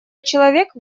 человек